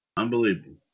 unbelievable